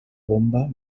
bomba